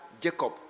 Jacob